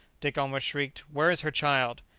dick almost shrieked where is her child?